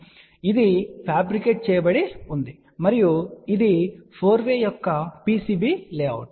కాబట్టి ఇది ఫ్యాబ్రికేట్ చేయబడి ఉన్నది మరియు ఇది 4 వే ఈ యొక్క PCB లేఅవుట్